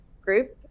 group